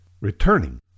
returning